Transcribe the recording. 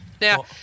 Now